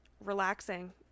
relaxing